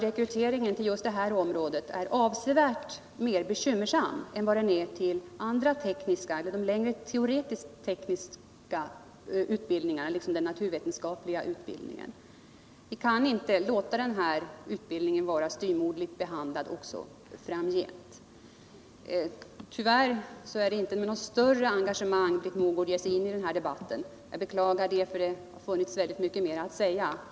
Rekryteringen till just det här området är 163 ändå avsevärt mer bekymmersam än rekryteringen till de längre, teoretiskttekniska utbildningarna liksom till den naturvetenskapliga utbildningen. Vi kan inte låta den verkstadstekniska utbildningen vara styvmoderligt behandlad också framgent. Tyvärr är det inte med något större engagemang Britt Mogård ger sig in i den här debatten. Jag beklagar det, för det hade funnits väldigt mycket mer att säga.